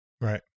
Right